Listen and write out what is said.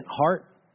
heart